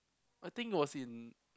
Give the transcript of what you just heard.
I think it was in